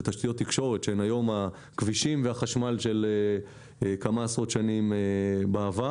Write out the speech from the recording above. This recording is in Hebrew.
תשתיות תקשורת שהן היום הכבישים והחשמל של כמה עשרות שנים בעבר